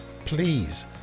please